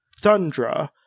Thundra